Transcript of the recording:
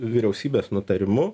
vyriausybės nutarimu